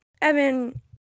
Evan